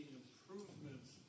improvements